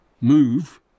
move